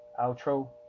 Outro